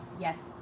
Yes